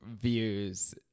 views